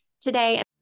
today